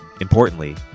Importantly